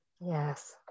yes